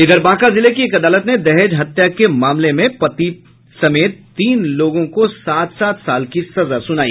इधर बांका जिले की एक अदालत ने दहेज हत्या एक के मामले में पति समेत तीन लोगों के सात सात साल की सजा सुनाई